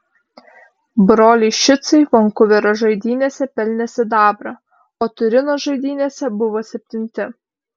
broliai šicai vankuverio žaidynėse pelnė sidabrą o turino žaidynėse buvo septinti